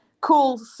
cool